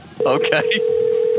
okay